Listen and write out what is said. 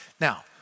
Now